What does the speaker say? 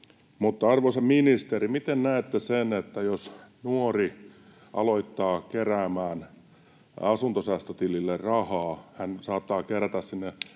arvoisa ministeri, miten näette sen, että jos nuori aloittaa keräämään asuntosäästötilille rahaa — hän saattaa kerätä sinne